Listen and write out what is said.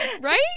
Right